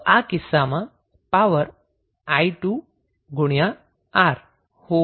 તો આ કિસ્સામાં પાવર 𝑖2𝑅 હોવો જોઈએ